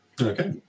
okay